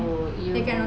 that kind of